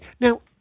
now